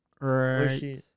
right